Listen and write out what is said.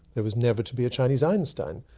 there was never to be a chinese einstein.